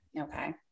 Okay